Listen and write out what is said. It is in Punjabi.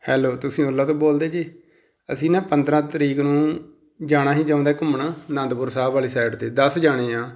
ਹੈਲੋ ਤੁਸੀਂ ਓਲਾ ਤੋਂ ਬੋਲਦੇ ਜੀ ਅਸੀਂ ਨਾ ਪੰਦਰਾਂ ਤਰੀਕ ਨੂੰ ਜਾਣਾ ਹੀ ਚਾਹੁੰਦੇ ਘੁੰਮਣ ਅਨੰਦਪੁਰ ਸਾਹਿਬ ਵਾਲੀ ਸਾਈਡ 'ਤੇ ਦਸ ਜਣੇ ਹਾਂ